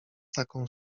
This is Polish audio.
taką